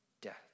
Death